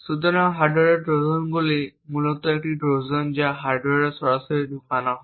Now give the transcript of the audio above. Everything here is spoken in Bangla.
সুতরাং হার্ডওয়্যার ট্রোজানগুলি মূলত ট্রোজান যা হার্ডওয়্যারে সরাসরি ঢোকানো হয়